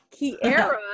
Kiara